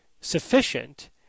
sufficient